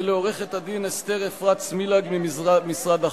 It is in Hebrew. ולעורכת-דין אסתר אפרת-סמילג ממשרד החוץ.